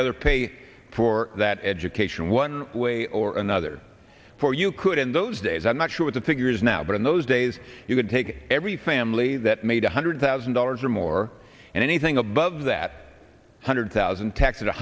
other pay for that education one way or another for you could in those days i'm not sure what the figure is now but in those days you could take every family that made one hundred thousand dollars or more and anything above that hundred thousand taxes